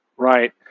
Right